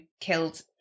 killed